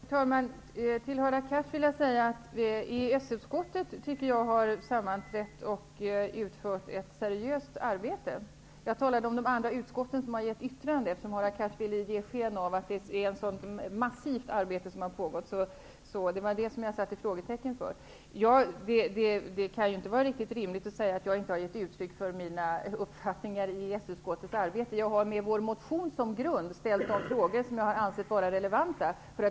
Herr talman! Till Hadar Cars vill jag säga att jag tycker att EES-utskottet har sammanträtt och utfört ett seriöst arbete. Jag talade om de andra utskotten som har avgett yttranden, eftersom Hadar Cars ville ge sken av att det har pågått ett massivt arbete. Det är detta jag ifrågasätter. Det kan inte vara riktigt rimligt att säga att jag inte har gett uttryck för mina uppfattningar i EES utskottets arbete. Jag har med vår motion som grund ställt de frågor som jag har ansett vara relevanta.